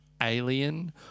alien